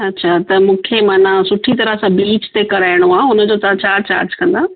अच्छा त मूंखे मना सुठी तरहं सां बीच ते कराइणो आहे उन जो तव्हां छा चार्ज कंदा